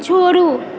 छोड़ू